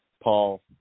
Paul